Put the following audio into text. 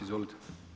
Izvolite.